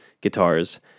guitars